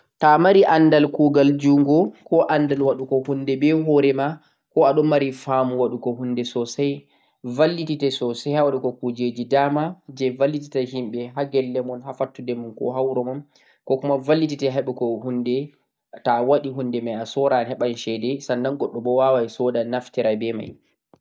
Ta'a mari andal kugal njugo koh andal waɗugo hunde be hore ma koh aɗon mari famu waɗugo hunde sosai vallitite sosai ha waɗugo kujeje dama je vallitita himɓe ha gelle mon, ha fattude mon koh ha leddimo. Vallitite anfu ngal awawan a soora a heɓa shede